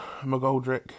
McGoldrick